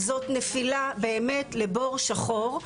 זאת נפילה באמת לבור שחור,